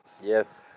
Yes